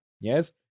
Yes